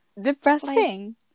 Depressing